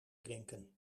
drinken